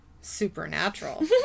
supernatural